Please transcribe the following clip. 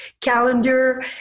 calendar